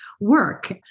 work